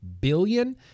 billion